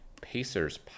Pacers